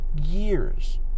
years